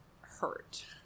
hurt